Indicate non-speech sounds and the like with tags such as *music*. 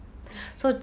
*breath*